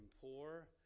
poor